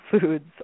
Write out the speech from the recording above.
foods